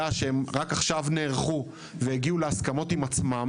שרק עכשיו נערכו והגיעו להסכמות עם עצמם.